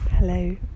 Hello